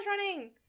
running